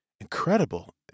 Incredible